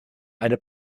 eine